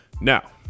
Now